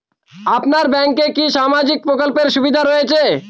আপনার ব্যাংকে কি সামাজিক প্রকল্পের সুবিধা রয়েছে?